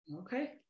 Okay